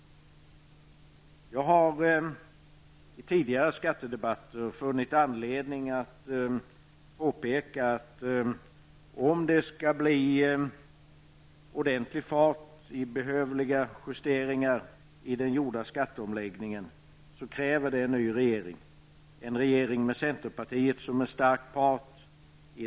Jag har i tidigare skattedebatter funnit anledning att påpeka att det, för att det skall bli ordentlig fart i agerandet för behövliga justeringar i den gjorda skatteomläggningen, krävs en ny regering, och då en regering med centerpartiet som en stark part.